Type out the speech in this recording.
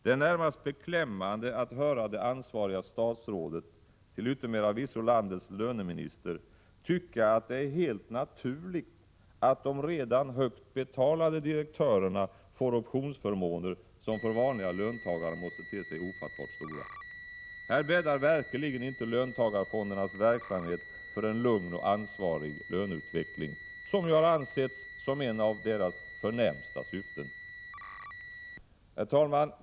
Det är närmast beklämmande att höra det ansvariga statsrådet — till yttermera visso landetslöneminister— tycka att det är helt naturligt att de redan högt betalade direktörerna får optionsförmåner som för vanliga löntagare måste te sig ofattbart stora. Här bäddar verkligen inte löntagarfondernas verksamhet för en lugn och på ansvar byggd löneutveckling, som ju har ansetts som en av deras främsta syften. Herr talman!